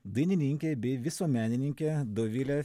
dainininke bei visuomenininke dovile